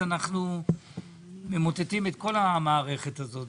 אנחנו ממוטטים את כל המערכת הזאת.